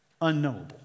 unknowable